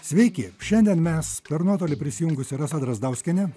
sveiki šiandien mes per nuotolį prisijungusi rasa drazdauskienė